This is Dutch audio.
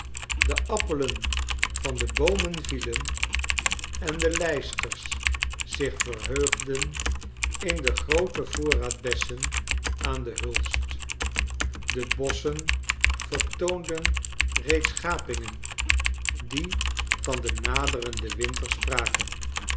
de appelen van de boomen vielen en de lijsters zich verheugden in den grooten voorraad bessen aan de hulst de bosschen vertoonden reeds gapingen die van den naderenden winter